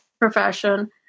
profession